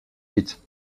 vite